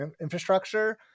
infrastructure